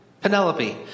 Penelope